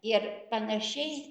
ir panašiai